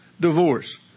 divorce